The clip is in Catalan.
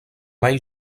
mai